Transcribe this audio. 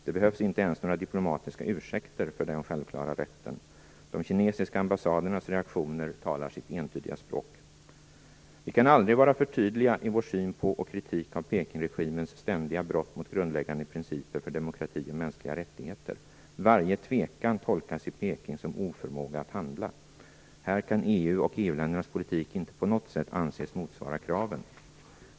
Det behövs inte ens några diplomatiska ursäkter för den självklara rätten. De kinesiska ambassadernas reaktioner talar sitt entydiga språk. Vi kan aldrig vara för tydliga i vår syn på och kritik av Pekingregimens ständiga brott mot grundläggande principer för demokrati och mänskliga rättigheter. Varje tvekan tolkas i Peking som oförmåga att handla. Här kan EU och EU-ländernas politik inte på något sätt anses motsvara kraven.